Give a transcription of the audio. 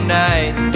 night